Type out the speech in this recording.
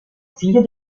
figlio